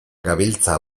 gabiltza